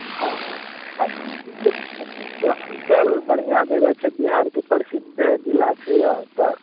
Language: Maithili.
हँ मिथिलाञ्चल बढ़िआँ जगह छै बिहारके प्रसिद्ध जिला छै यऽ तऽ